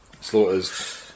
slaughters